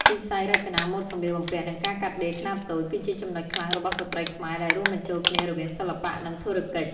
វិស័យរចនាម៉ូដសម្លៀកបំពាក់ និងការកាត់ដេរខ្នាតតូច គឺជាចំណុចខ្លាំងរបស់ស្ត្រីខ្មែរដែលរួមបញ្ចូលគ្នារវាងសិល្បៈ និងធុរកិច្ច។